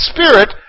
Spirit